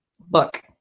Book